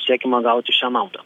siekiama gauti šią naudą